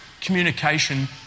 communication